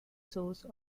source